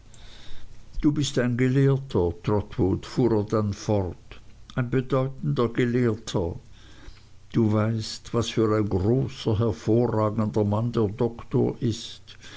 du bist ein gelehrter trotwood fuhr er dann fort ein bedeutender gelehrter du weißt was für ein großer hervorragender mann der doktor ist